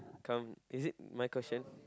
come is it my question